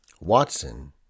Watson